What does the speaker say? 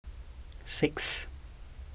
six